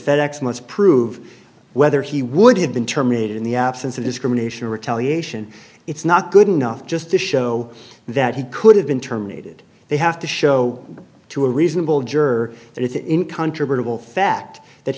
fed ex must prove whether he would have been terminated in the absence of discrimination or retaliation it's not good enough just to show that he could have been terminated they have to show to a reasonable juror